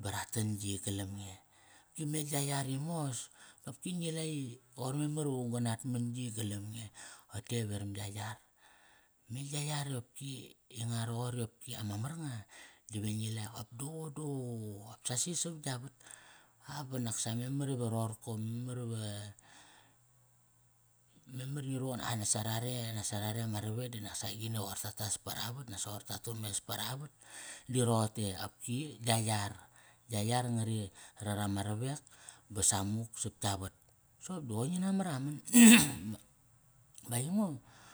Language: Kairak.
Ba ra tan yi galam nge. Opki me gia yar i mos, opki ngi la i qoir memar iva ung ga nat man yi galam nge. Rote i veram gia yar. Me gia yar i opki inga roqori opki ama mar nga, di re ngi la iqop duququ qop sasi sava gia vat. A ba nak sa memar iva roqorko, memar iva, memar ngi ruqun, ai nak sa rare ngi ama ravek di nak sa agini qoir ta tas para avat? Nasa qoir ta tu mes para avat? Di roqote opki gia yar. Gia yar ngari rar ama ravek ba samuk sap tka vat. Soqop di qoi ngi na maraman. Ba aingo.